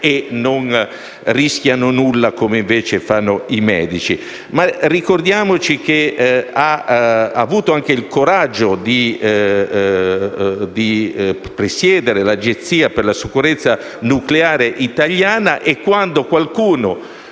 e non rischiano nulla, come invece i medici). Ricordiamo che ha avuto anche il coraggio di presiedere l'Agenzia per la sicurezza nucleare italiana e, quando qualcuno